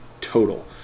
total